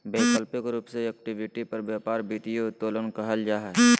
वैकल्पिक रूप से इक्विटी पर व्यापार वित्तीय उत्तोलन कहल जा हइ